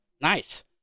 Nice